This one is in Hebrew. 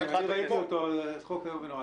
אני ראיתי אותו, זה חוק איום ונורא.